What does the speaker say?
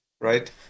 right